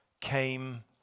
came